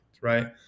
right